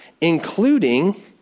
including